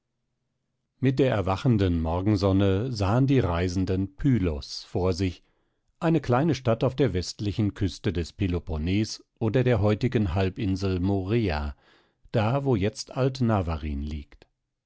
mit der erwachenden morgensonne sahen die reisenden pylos vor sich eine kleine stadt auf der westlichen küste des peloponnes oder der heutigen halbinsel morea da wo jetzt alt navarin liegt